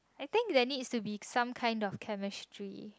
I think they needs to be some kind of chemistry